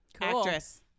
Actress